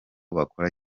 bakora